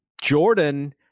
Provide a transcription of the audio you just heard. Jordan